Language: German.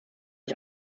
ich